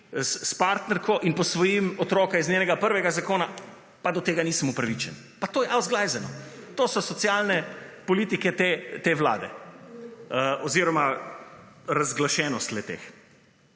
s partnerko in posvojim otroka iz njenega prvega zakona, pa do tega nisem upravičen. Saj to je »ausglajzano«! To so socialne politike te Vlade oziroma razglašenost le-teh.